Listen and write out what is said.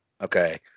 Okay